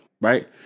right